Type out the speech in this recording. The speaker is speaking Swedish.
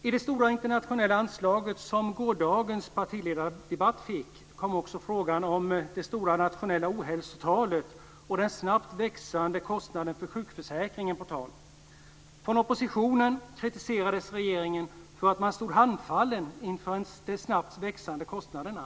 I det stora internationella anslag som gårdagens partiledardebatt fick kom också frågan om det stora nationella ohälsotalet och den snabbt växande kostnaden för sjukförsäkringen på tal. Från oppositionen kritiserades regeringen för att den stod handfallen inför de snabbt växande kostnaderna.